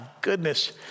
goodness